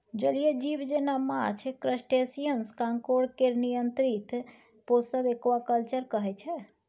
जलीय जीब जेना माछ, क्रस्टेशियंस, काँकोर केर नियंत्रित पोसब एक्वाकल्चर कहय छै